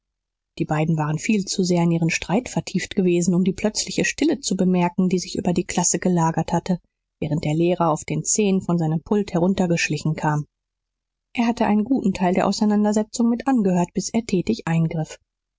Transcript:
die beiden waren viel zu sehr in ihren streit vertieft gewesen um die plötzliche stille zu bemerken die sich über die klasse gelagert hatte während der lehrer auf den zehen von seinem pult heruntergeschlichen kam er hatte einen guten teil der auseinandersetzung mit angehört bis er tätig eingriff